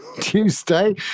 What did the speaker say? tuesday